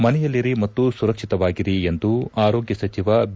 ಮನೆಯಲ್ಲಿರಿ ಮತ್ತು ಸುರಕ್ಷಿತವಾಗಿರಿ ಎಂದು ಆರೋಗ್ಯ ಸಚಿವ ಬಿ